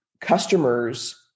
customers